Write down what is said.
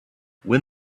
when